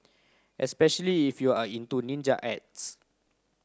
especially if you are into ninja arts